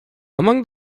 among